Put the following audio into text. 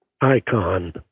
icon